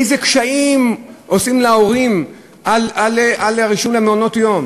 איזה קשיים עושים להורים ברישום למעונות-יום.